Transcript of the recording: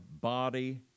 body